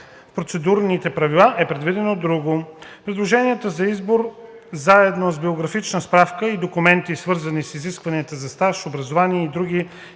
в процедурните правила е предвидено друго. Предложенията за избор заедно с биографична справка и документи, свързани с изискванията за стаж, образование и други